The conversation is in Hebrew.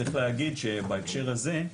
צריך להגיד שבהקשר הזה,